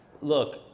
Look